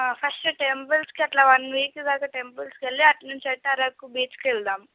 first టెంపుల్స్కి ఆలా one week దాకా టెంపుల్స్కి వెళ్ళి అటునుంచి అటు అరకు బీచ్కి వెళదాము